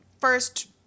first